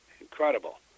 incredible